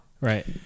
right